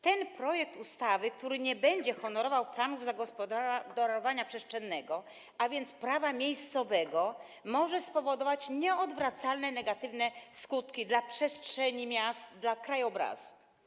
Ten projekt ustawy, który nie będzie honorował planów zagospodarowania przestrzennego, a więc prawa miejscowego, może spowodować nieodwracalne negatywne skutki dla przestrzeni miast, krajobrazu.